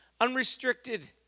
unrestricted